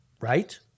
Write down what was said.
Right